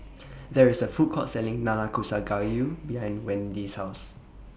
There IS A Food Court Selling Nanakusa Gayu behind Wendy's House